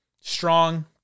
Strong